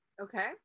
okay